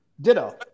Ditto